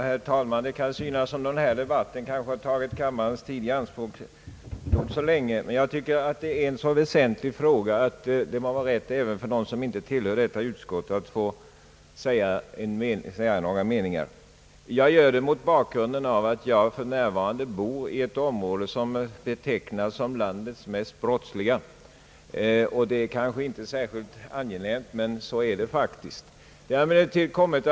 Herr talman! Det kan synas som om denna debatt kanske tagit kammarens tid i anspråk alltför länge, men jag tycker att denna fråga är så väsentlig att det borde vara tillåtet även för dem som inte tillhör utskottet att säga sin mening. Jag gör det mot bakgrunden av att jag för närvarande bor i ett område som betecknas som landets mest brottsliga, och det är kanske inte så särskilt angenämt, men så förhåller det sig faktiskt.